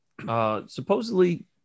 supposedly